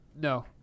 No